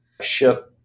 SHIP